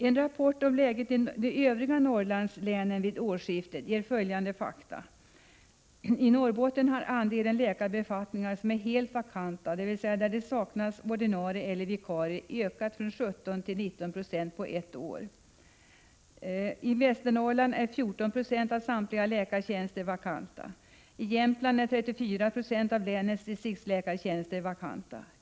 En rapport om läget i de övriga Norrlandslänen vid årsskiftet ger följande fakta. I Norrbotten har andelen läkarbefattningar som är helt vakanta, dvs. där det saknas ordinarie läkare eller vikarier, ökat från 17 9e till 19 96 på ett år. I Västernorrland är 14 92 av samtliga läkartjänster vakanta. I Jämtland är 34 Yo av länets distriktsläkartjänster vakanta.